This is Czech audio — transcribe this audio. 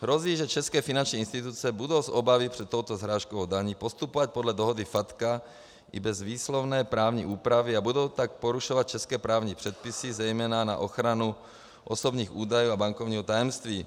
Hrozí, že české finanční instituce budou z obavy před touto srážkovou daní postupovat podle dohody FATCA i bez výslovné právní úpravy a budou tak porušovat české právní předpisy, zejména na ochranu osobních údajů a bankovního tajemství.